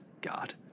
God